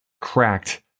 cracked